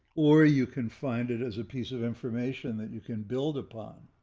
or you can find it as a piece of information that you can build upon.